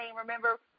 Remember